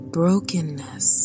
brokenness